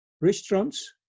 restaurants